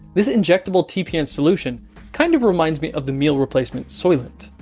this injectable tpn solution kind of reminds me of the meal replacement soylent.